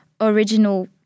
original